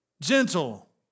gentle